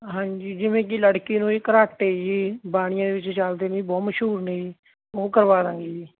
ਹਾਂਜੀ ਜਿਵੇਂ ਕਿ ਲੜਕੀ ਨੂੰ ਜੀ ਕਰਾਟੇ ਜੀ ਬਾਣੀਏ ਦੇ ਵਿੱਚ ਚੱਲਦੇ ਨੇ ਜੀ ਬਹੁਤ ਮਸ਼ਹੂਰ ਨੇ ਜੀ ਉਹ ਕਰਵਾ ਦਵਾਂਗੇ ਜੀ